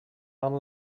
one